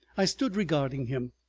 i stood regarding him,